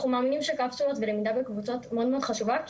אנחנו מאמינים שקפסולות ולמידה בקבוצות מאוד מאוד חשוב כי